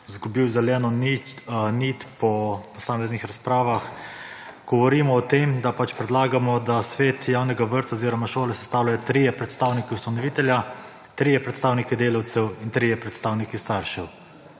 izgubil zeleno nit po posameznih razpravah. Govorimo o tem, da predlagamo, da Svet javnega vrtca oziroma šole sestavljajo trije predstavniki ustanovitelja, trije predstavniki delavcev in trije predstavniki staršev.